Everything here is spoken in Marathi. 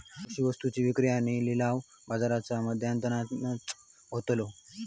कृषि वस्तुंची विक्री आणि लिलाव बाजाराच्या माध्यमातनाच होतलो